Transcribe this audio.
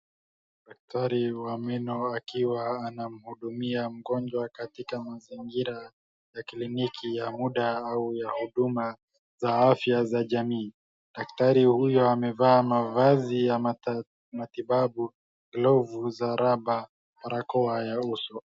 Daktari wa meno akiwa anamhudumia mgonjwa katika mazingira ya kiliniki ya muda au huduma za afya za jamii. Daktari huyo amevaa ya matibabu, glovu za rubber ,barakoa ya uso.